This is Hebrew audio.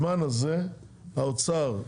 הזמן הזה, האוצר,